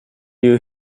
you